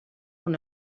una